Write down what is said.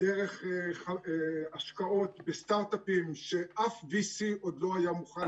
דרך השקעות בסטארט-אפים שאף VC עוד לא היה מוכן להשקיע בהם.